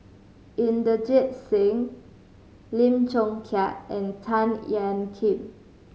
Inderjit Singh Lim Chong Keat and Tan Ean Kiam